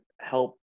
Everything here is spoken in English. help